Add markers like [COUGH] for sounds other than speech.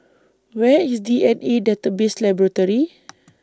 Where IS D N A Database Laboratory [NOISE]